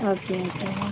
okay